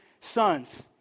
sons